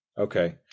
Okay